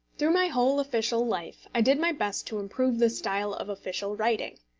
through my whole official life i did my best to improve the style of official writing.